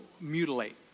mutilate